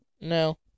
No